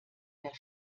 der